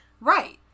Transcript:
Right